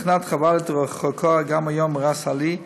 תחנת ח'וואלד רחוקה גם היום מראס עלי,